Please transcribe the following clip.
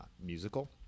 musical